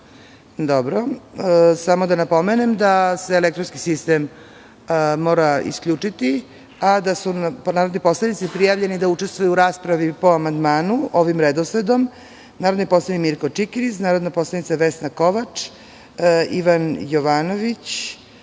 Dobro. Samo da napomenem da se elektronski sistem mora isključiti, a da su narodni poslanici prijavljeni da učestvuju u raspravi po amandmanu ovim redosledom: narodni poslanik Mirko Čikiriz, narodna poslanica Vesna Kovač, Ivan Jovanović,